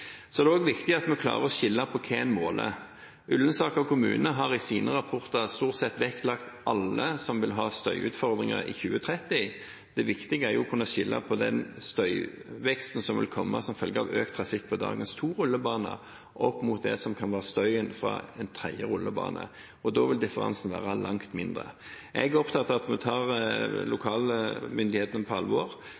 Så er det også viktig at vi klarer å skille på hva en måler. Ullensaker kommune har i sine rapporter stort sett vektlagt alle som vil ha støyutfordringer i 2030. Det viktige er å kunne skille på den støyveksten som vil kunne komme som følge av økt trafikk på dagens to rullebaner opp mot det som kan være støyen fra en tredje rullebane. Da vil differansen være langt mindre. Jeg er opptatt av at vi tar